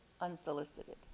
unsolicited